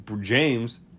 James